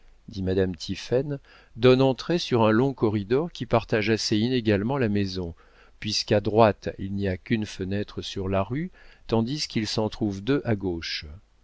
dit madame tiphaine donne entrée sur un long corridor qui partage assez inégalement la maison puisqu'à droite il n'y a qu'une fenêtre sur la rue tandis qu'il s'en trouve deux à gauche